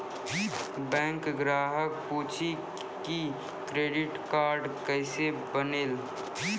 Bank ग्राहक पुछी की क्रेडिट कार्ड केसे बनेल?